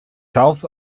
south